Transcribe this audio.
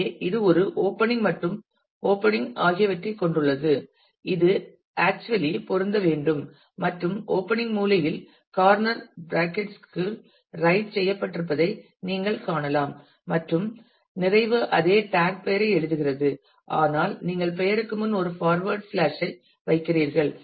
எனவே இது ஒரு ஓபனிங் மற்றும் ஓபனிங் ஆகியவற்றைக் கொண்டுள்ளது இவை ஆக்சுவலி பொருந்த வேண்டும் மற்றும் opening மூலையில் கார்னர் பிரகெட்ஸ் க்குள் ரைட் செய்யப்பட்டிருப்பதை நீங்கள் காணலாம் மற்றும் நிறைவு அதே டாக் பெயரை எழுதுகிறது ஆனால் நீங்கள் பெயருக்கு முன் ஒரு பார்வேர்ட் ஸ்லாஸ் ஐ வைக்கிறீர்கள்